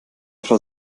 frau